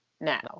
now